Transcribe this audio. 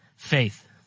Faith